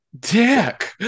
dick